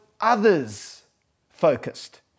others-focused